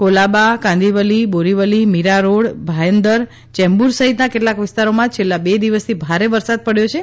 Colaba Kandivali Borivali Mira road Bhayandar Chembur સહિતના કેટલાક વિસ્તારોમાં છેલ્લા બે દિવસથી ભારે વરસાદ પડ્યો છે